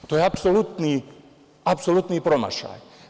To je apsolutni promašaj.